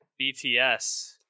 BTS